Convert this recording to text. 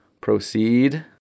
Proceed